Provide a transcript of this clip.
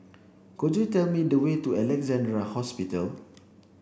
could you tell me the way to Alexandra Hospital